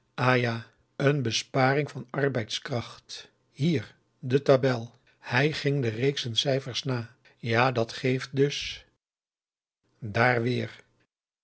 ah ja een besparing van arbeidskracht hier de tabel augusta de wit orpheus in de dessa hij ging de reeksen cijfers na ja dat geeft dus daàr weer